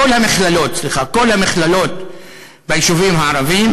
סליחה, כל המכללות ביישובים הערביים